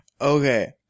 Okay